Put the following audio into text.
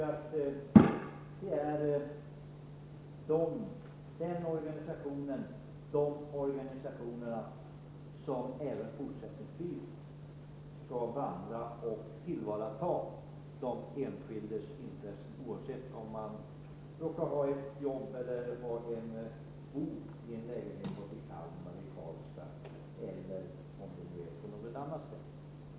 Jag tycker att det är de organisationerna som även fortsättningsvis skall tillvarata de enskildas intressen, oavsett om de råkar ha ett jobb eller vara bonde, oavsett om de råkar bo i en lägenhet i Kalmar, i Karlstad eller på något annat ställe.